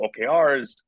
OKRs